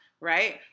right